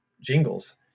jingles